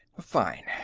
fine.